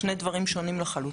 אלה שני דברים שונים לחלוטין.